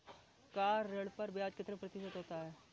Car ऋण पर ब्याज कितने प्रतिशत है?